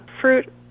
fruit